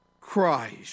Christ